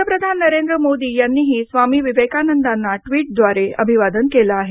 पंतप्रधान नरेंद्र मोदी यांनीही स्वामी विवेकानंदांना ट्वीटद्वारे अभिवादन केलं आहे